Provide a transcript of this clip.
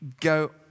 go